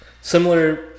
similar